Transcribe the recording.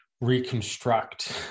reconstruct